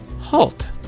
Halt